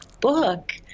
book